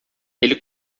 ele